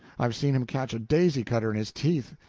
i've seen him catch a daisy-cutter in his teeth.